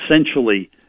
essentially